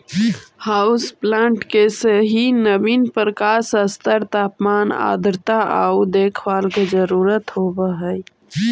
house plant के सही नवीन प्रकाश स्तर तापमान आर्द्रता आउ देखभाल के जरूरत होब हई